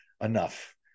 enough